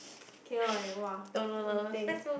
K loh I [wah] waiting